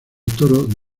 toro